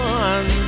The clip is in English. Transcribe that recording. one